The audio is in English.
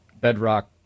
bedrock